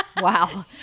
Wow